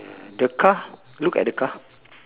the car look at the car